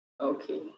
Okay